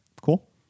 cool